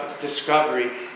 discovery